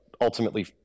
ultimately